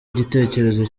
igitekerezo